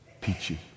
peachy